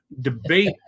debate